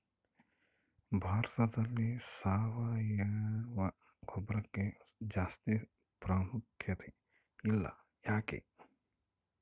ಭಾರತದಲ್ಲಿ ಸಾವಯವ ಗೊಬ್ಬರಕ್ಕೆ ಜಾಸ್ತಿ ಪ್ರಾಮುಖ್ಯತೆ ಇಲ್ಲ ಯಾಕೆ?